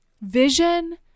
vision